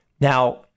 Now